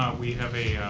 we have